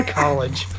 college